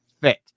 fit